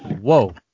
whoa